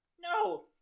No